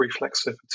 reflexivity